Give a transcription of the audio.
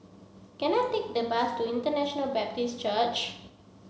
can I take the bus to International Baptist Church